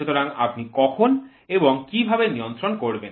সুতরাং আপনি কখন এবং কিভাবে নিয়ন্ত্রণ করবেন